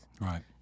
right